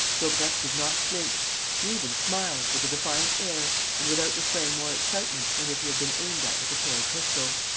daubrecq did not flinch. he even smiled, with a defiant air and without displaying more excitement than if he had been aimed at with a toy pistol.